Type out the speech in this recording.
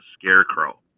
scarecrow